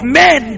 men